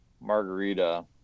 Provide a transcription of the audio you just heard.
margarita